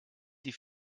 die